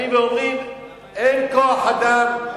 באים ואומרים: אין כוח אדם,